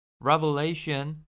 Revelation